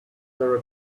there